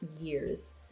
years